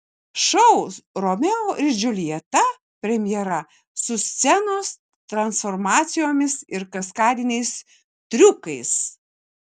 šou romeo ir džiuljeta premjera su scenos transformacijomis ir kaskadiniais triukais